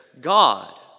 God